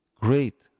great